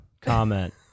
comment